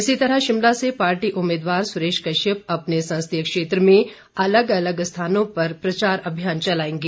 इसी तरह शिमला से पार्टी उम्मीवार सुरेश कश्यप अपने संसदीय क्षेत्र में अलग अलग स्थानों पर प्रचार अभियान चलाएंगे